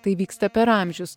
tai vyksta per amžius